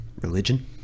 religion